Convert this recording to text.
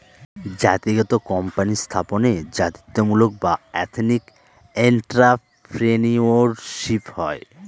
জাতিগত কোম্পানি স্থাপনে জাতিত্বমূলক বা এথেনিক এন্ট্রাপ্রেনিউরশিপ হয়